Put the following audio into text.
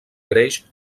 greix